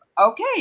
okay